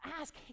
Ask